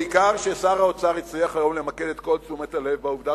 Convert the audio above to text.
בעיקר כששר האוצר הצליח היום למקד את כל תשומת הלב בעובדה